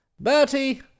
Bertie